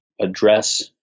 address